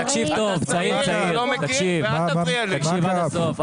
תקשיב טוב, צעיר צעיר, תקשיב עד הסוף.